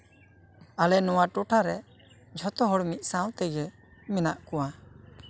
ᱟᱞᱮ ᱱᱚᱣᱟ ᱴᱚᱴᱷᱟᱨᱮ ᱡᱷᱚᱛᱚ ᱦᱚᱲ ᱢᱤᱫ ᱥᱟᱶ ᱛᱮᱜᱮ ᱢᱮᱱᱟᱜ ᱠᱚᱣᱟ